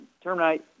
terminate